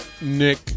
Nick